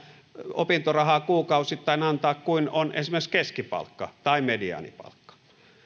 opintorahaa kuukausittain antaa kuin on esimerkiksi keskipalkka tai mediaanipalkka